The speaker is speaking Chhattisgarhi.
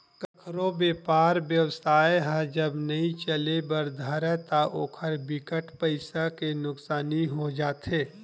कखरो बेपार बेवसाय ह जब नइ चले बर धरय ता ओखर बिकट पइसा के नुकसानी हो जाथे